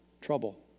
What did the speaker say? Trouble